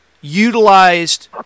utilized